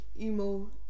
emo